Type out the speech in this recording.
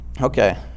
Okay